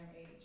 age